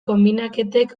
konbinaketek